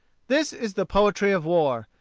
this is the poetry of war.